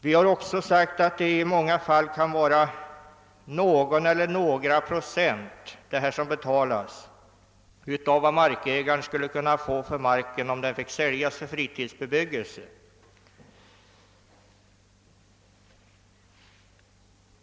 Vi har också påpekat att det ofta betalas endast några få procent av vad markägaren skulle kunna få för marken om den finge säljas till fritidsbebyggelse.